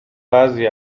بعضی